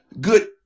good